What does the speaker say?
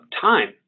time